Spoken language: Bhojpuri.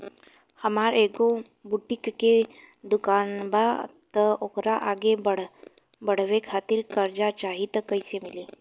हमार एगो बुटीक के दुकानबा त ओकरा आगे बढ़वे खातिर कर्जा चाहि त कइसे मिली?